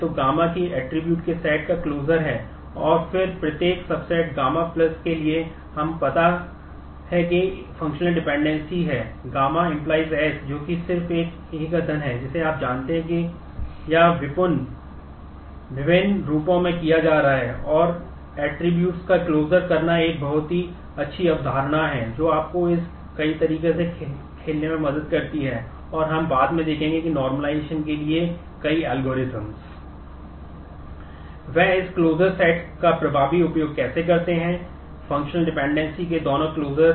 तो इसका उपयोग F के क्लोजर